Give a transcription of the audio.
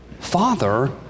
Father